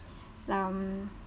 um